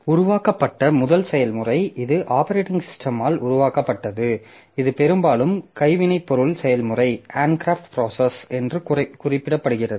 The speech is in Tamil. உருவாக்கப்பட்ட முதல் செயல்முறை இது ஆப்பரேட்டிங் சிஸ்டமால் உருவாக்கப்பட்டது இது பெரும்பாலும் கைவினைப்பொருள் செயல்முறை என்றும் குறிப்பிடப்படுகிறது